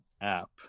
app